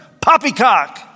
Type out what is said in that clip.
Poppycock